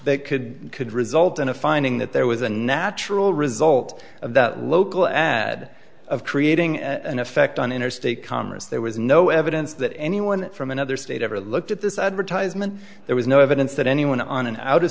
that could could result in a finding that there was a natural result of the local ad creating an effect on interstate commerce there was no evidence that anyone from another state ever looked at this advertisement there was no evidence that anyone on an out